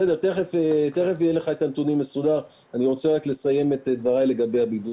אני רוצה לסיים את דבריי לגבי הבידוד,